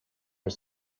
are